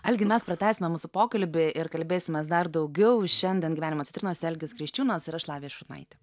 algi mes pratęsime mūsų pokalbį ir kalbėsimės dar daugiau šiandien gyvenimo citrinose algis kriščiūnas ir aš lavija šurnaitė